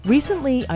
Recently